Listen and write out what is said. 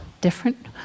different